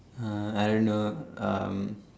uh I don't know um